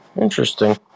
Interesting